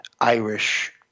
Irish